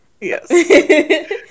yes